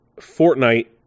Fortnite